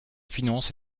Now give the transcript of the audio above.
finances